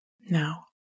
now